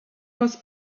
was